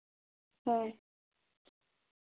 ᱦᱳᱭ